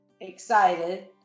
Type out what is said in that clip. excited